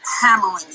hammering